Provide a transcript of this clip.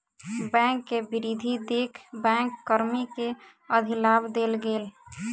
bank के वृद्धि देख बैंक कर्मी के अधिलाभ देल गेल